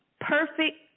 perfect